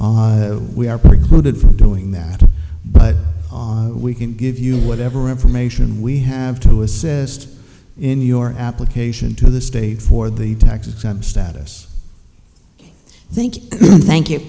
we are precluded from doing that but we can give you whatever information we have to assist in your application to the state for the tax exempt status i think thank you